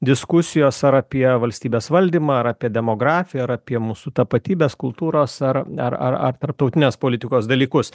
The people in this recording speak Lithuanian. diskusijos ar apie valstybės valdymą ar apie demografiją ar apie mūsų tapatybės kultūros ar ar ar ar tarptautinės politikos dalykus